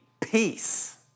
peace